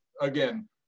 again